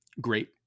great